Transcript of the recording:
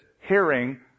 hearing